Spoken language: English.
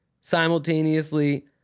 simultaneously